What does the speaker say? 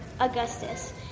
Augustus